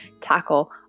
tackle